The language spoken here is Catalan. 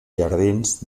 jardins